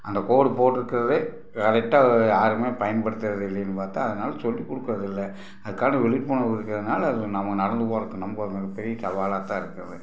அந்த கோடு போட்டுருக்குறதே கரெக்டாக யாருமே பயன்படுத்துகிறது இல்லைன்னு பார்த்தா அதனால் சொல்லி கொடுக்கிறது இல்லை அதுக்கான விழிப்புணர்வு இருக்கிறதுனால அதில் நம்ம நடந்து போகிறதுக்கு நமக்கு அது ஒரு பெரிய சவாலாக தான் இருக்குது